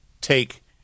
take